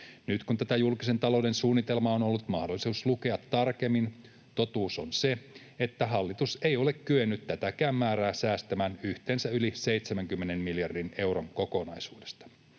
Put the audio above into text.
Nyt kun tätä julkisen talouden suunnitelmaa on ollut mahdollisuus lukea tarkemmin, totuus on se, että hallitus ei ole kyennyt tätäkään määrää säästämään yhteensä yli 70 miljardin euron kokonaisuudesta.